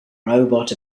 robot